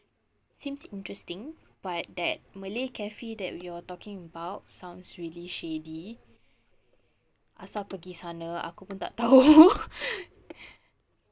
seems interesting but that malay cafe that you're talking about sounds really shady asal pergi sana aku pun tak tahu